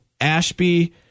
Ashby